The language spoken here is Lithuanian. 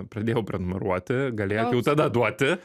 pradėjau prenumeruoti galėjot jau tada duoti